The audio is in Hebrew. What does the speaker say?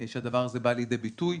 שהדבר הזה בא לידי ביטוי.